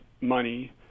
money